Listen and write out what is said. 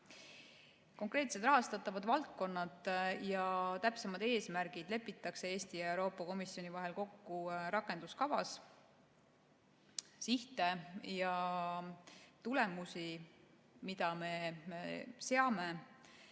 Konkreetsed rahastatavad valdkonnad ja täpsemad eesmärgid lepitakse Eesti ja Euroopa Komisjoni vahel kokku rakenduskavas. Sihte ja tulemusi, mida me seame,